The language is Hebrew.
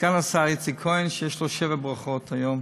סגן השר איציק כהן, שיש לו שבע ברכות היום,